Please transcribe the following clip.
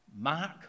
Mark